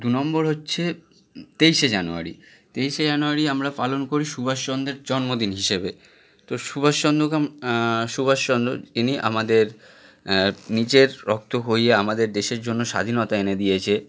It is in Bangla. দু নম্বর হচ্ছে তেইশে জানুয়ারি তেইশে জানুয়ারি আমরা পালন করি সুভাষচন্দ্রের জন্মদিন হিসেবে তো সুভাষচন্দ্রকে আম সুভাষচন্দ্র ইনি আমাদের নিজের রক্ত বইয়ে আমাদের দেশের জন্য স্বাধীনতা এনে দিয়েছে